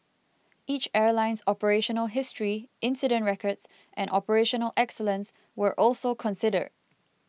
each airline's operational history incident records and operational excellence were also considered